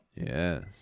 Yes